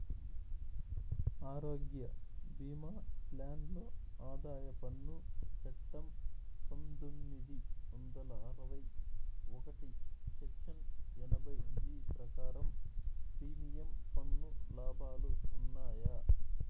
ఆరోగ్య భీమా ప్లాన్ లో ఆదాయ పన్ను చట్టం పందొమ్మిది వందల అరవై ఒకటి సెక్షన్ ఎనభై జీ ప్రకారం ప్రీమియం పన్ను లాభాలు ఉన్నాయా?